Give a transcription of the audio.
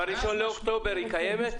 ב-1 באוקטובר היא קיימת?